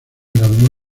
graduó